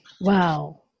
Wow